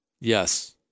Yes